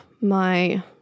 my-